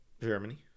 Germany